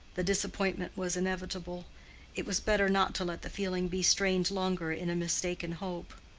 the disappointment was inevitable it was better not to let the feeling be strained longer in a mistaken hope.